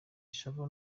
ishavu